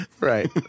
Right